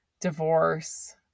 divorce